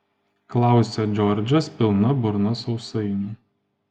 klausia džordžas pilna burna sausainių